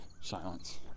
silence